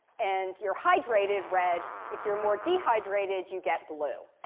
and you're hydrated, red. if you're more dehydrated, you get blue.